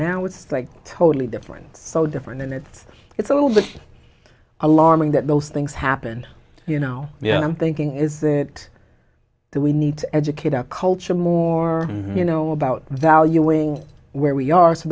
now it's like totally different so different and it's it's a little bit alarming that those things happened you know yeah i'm thinking is that that we need to educate our culture more you know about valuing where we are so